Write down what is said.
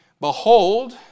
Behold